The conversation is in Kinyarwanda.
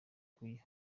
kuyiha